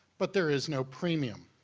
but there is no premium.